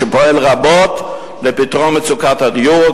שפועל רבות לפתרון מצוקת הדיור,